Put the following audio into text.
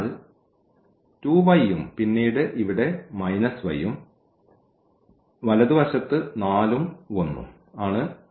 അതിനാൽ 2y യും പിന്നീട് ഇവിടെ y ഉം വലതുവശത്ത് 4 ഉം 1 ഉം ആണ്